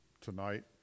tonight